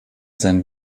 sein